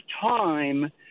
time